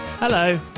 Hello